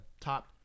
top